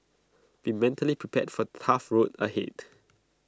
be mentally prepared for tough road ahead